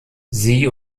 sie